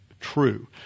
true